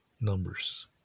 numbers